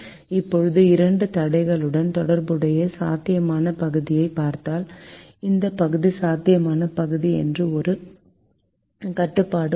இப்போது இரண்டு தடைகளுடன் தொடர்புடைய சாத்தியமான பகுதியைப் பார்த்தால் இந்த பகுதி சாத்தியமான பகுதி என்று ஒரு கட்டுப்பாடு உள்ளது